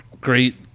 great